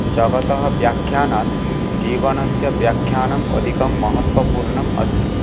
जगतः व्याख्यानात् जीवनस्य व्याख्यानम् अधिकं महत्वपूर्णमस्ति